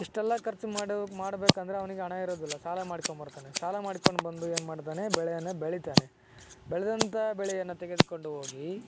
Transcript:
ಇಷ್ಟೆಲ್ಲ ಖರ್ಚು ಮಾಡಿ ಮಾಡಬೇಕಂದ್ರೆ ಅವನಿಗೆ ಹಣ ಇರೋದಿಲ್ಲ ಸಾಲ ಮಾಡ್ಕೊಂಡು ಬರ್ತಾನೆ ಸಾಲ ಮಾಡ್ಕೊಂಡು ಬಂದು ಏನು ಮಾಡ್ತಾನೆ ಬೆಳೆಯನ್ನು ಬೆಳೀತಾನೆ ಬೆಳೆದಂತ ಬೆಳೆಯನ್ನು ತೆಗೆದುಕೊಂಡು ಹೋಗಿ